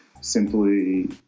simply